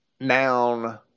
noun